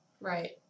Right